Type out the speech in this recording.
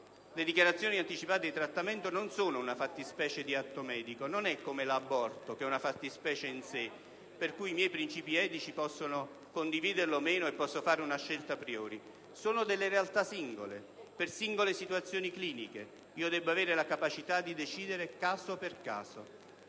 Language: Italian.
Le dichiarazioni anticipate di trattamento non sono una fattispecie di atto medico, non sono come l'aborto che è una fattispecie in sé, per cui sulla base dei miei princìpi etici posso condividerlo o no e posso fare una scelta *a priori.* Sono realtà singole, per singole situazioni cliniche. Pertanto devo avere la possibilità di decidere caso per caso.